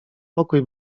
pokój